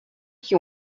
qui